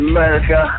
America